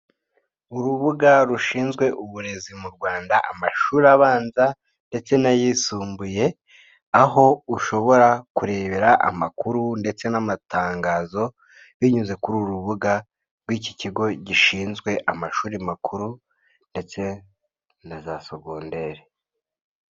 Urubuga rushinzwe uburezi mu Rwanda, amashuri abanza ndetse n'ayisumbuye aho ushobora kurebera amakuru ndetse n'amatangazo binyuze kuri uru rubuga rw'iki kigo gishinzwe amashuri makuru ndetse na za sogodere.